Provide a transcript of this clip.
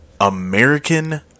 American